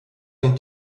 den